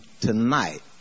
tonight